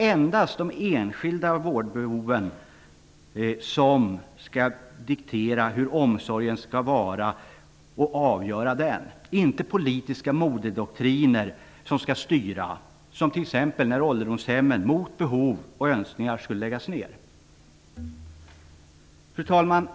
Endast de enskilda vårdbehoven skall vara avgörande för omsorgen - inte politiska modedoktriner, som t.ex. när ålderdomshemmen mot behov och önskningar skulle läggas ned. Fru talman!